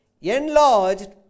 enlarged